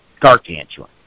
gargantuan